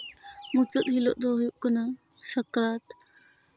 ᱢᱩᱪᱟᱹᱫ ᱦᱤᱞᱳᱜ ᱫᱚ ᱦᱩᱭᱩᱜ ᱠᱟᱱᱟ ᱥᱟᱠᱨᱟᱛ